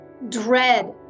Dread